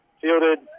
fielded